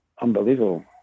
unbelievable